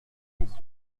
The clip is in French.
demande